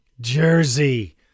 Jersey